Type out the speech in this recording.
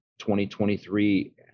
2023